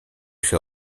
się